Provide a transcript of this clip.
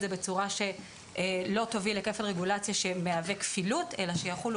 זה בצורה שלא תוביל לכפל רגולציה שמהווה כפילות אלא שיחולו